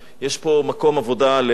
משלח-יד בעצם,